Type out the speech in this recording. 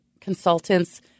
consultants